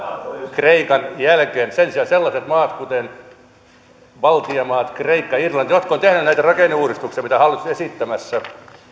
kreikan jälkeen sen sijaan sellaiset maat kuten baltian maat kreikka ja irlanti jotka ovat tehneet näitä rakenneuudistuksia ja säästötoimia mitä hallitus on esittämässä